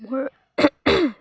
মোৰ